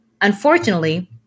unfortunately